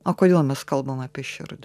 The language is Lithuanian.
o kodėl mes kalbam apie širdį